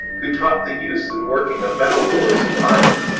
who taught the use and working of metal ores and iron.